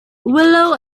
willow